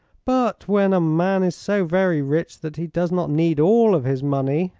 but when a man is so very rich that he does not need all of his money,